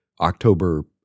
October